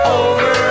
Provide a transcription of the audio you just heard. over